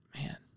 Man